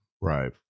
Right